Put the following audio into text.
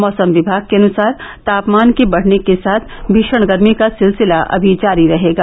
मौसम विभाग के अनुसार तापमान के बढ़ने के साथ भीशण गर्मी का सिलसिला अभी जारी रहेगा